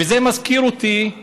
וזה מזכיר לי את פרעה.